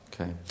Okay